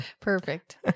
Perfect